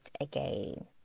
again